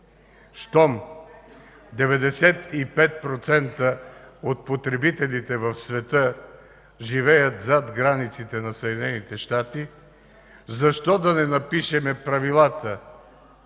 „Щом 95% от потребителите в света живеят зад границите на Съединените щати, защо да не напишем правилата